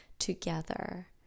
together